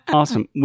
awesome